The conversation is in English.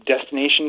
destination